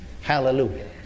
Hallelujah